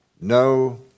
no